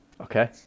Okay